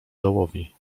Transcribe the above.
dołowi